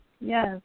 Yes